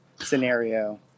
scenario